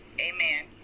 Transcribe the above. amen